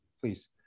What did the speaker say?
please